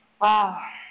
Wow